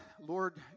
Lord